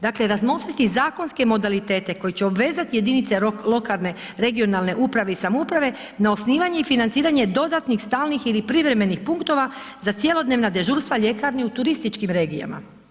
Dakle, razmotriti zakonske modalitete koji će obvezati jedinice lokalne (regionalne) uprave i samouprave na osnivanje i financiranje dodatnih stalnih ili privremenih punktova za cjelodnevna dežurstva ljekarni u turističkim regijama.